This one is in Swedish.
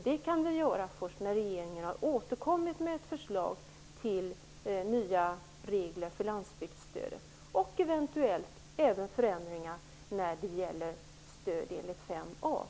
Det kan ske först när regeringen har återkommit med ett förslag till nya regler för landsbygdsstödet och eventuellt även förändringar när det gäller stöd enligt 5a.